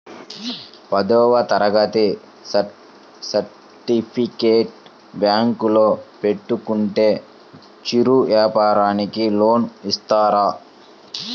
పదవ తరగతి సర్టిఫికేట్ బ్యాంకులో పెట్టుకుంటే చిరు వ్యాపారంకి లోన్ ఇస్తారా?